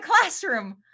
classroom